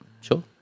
sure